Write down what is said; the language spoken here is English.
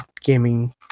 gaming